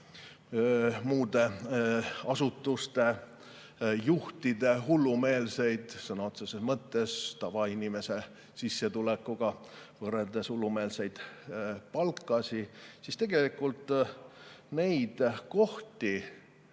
muude asutuste juhtide hullumeelseid, sõna otseses mõttes tavainimese sissetulekuga võrreldes hullumeelseid palkasid, siis tegelikult on neid kohti,